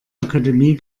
akademie